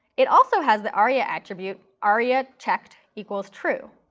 it also has the aria attribute aria checked equals true.